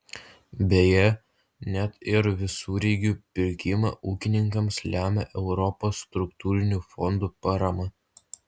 beje net ir visureigių pirkimą ūkininkams lemia europos struktūrinių fondų parama